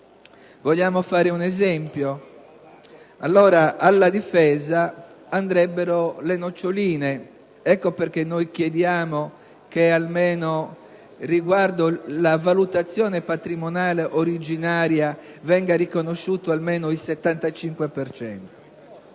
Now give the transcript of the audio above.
alla Difesa andrebbero le noccioline. Per questo chiediamo che, riguardo alla valutazione patrimoniale originaria, venga riconosciuto almeno il 75